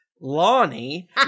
Lonnie